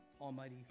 almighty